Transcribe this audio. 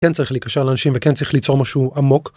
כן צריך להיקשר לאנשים וכן צריך ליצור משהו עמוק